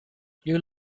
you